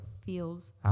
feels